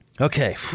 Okay